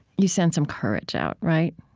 you send some courage out, right?